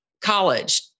college